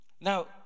Now